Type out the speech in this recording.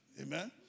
Amen